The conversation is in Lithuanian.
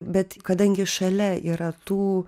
bet kadangi šalia yra tų